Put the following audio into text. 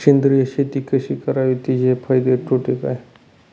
सेंद्रिय शेती कशी करावी? तिचे फायदे तोटे काय?